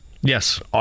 Yes